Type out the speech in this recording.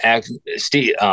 Steve